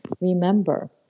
remember